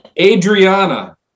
Adriana